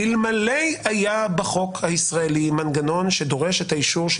אלמלא היה בחוק הישראלי מנגנון שדורש את האישור של